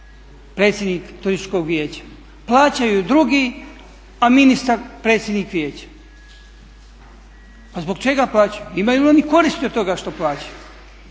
predsjednik Turističkog vijeća? Plaćaju drugi, a ministar predsjednik vijeća. Pa zbog čega plaćaju? Imaju li oni koristi od toga što plaćaju?